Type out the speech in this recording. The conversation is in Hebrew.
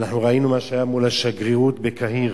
אנחנו ראינו מה שהיה מול השגרירות בקהיר,